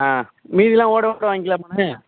ஆ மீதியெலாம் ஓட ஓட வாங்கிக்கலாமாண்ண